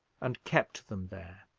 and kept them there.